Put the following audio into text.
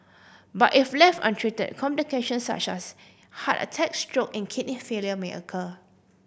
but if left untreated complication such as heart attacks stroke and kidney failure may occur